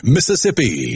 Mississippi